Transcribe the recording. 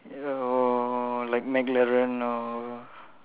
or like McLaren or